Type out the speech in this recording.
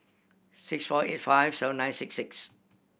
six four eight five seven nine six six